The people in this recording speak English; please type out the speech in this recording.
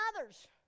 others